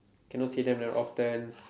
cannot see them that often